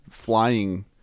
flying